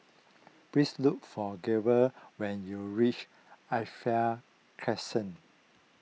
please look for Grover when you reach Crescent